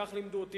כך לימדו אותי,